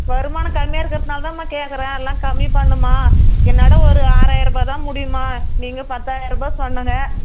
வருமானம் கம்மியாக இருக்கிறதுனாலதாம்மா கேட்குறேன் எல்லாம் கம்மி பண்ணும்மா என்னால் ஒரு ஆறாயிர ரூபாய்தான் முடியும்மா நீங்கள் பத்தாயிர ரூபாய் சொன்னீங்க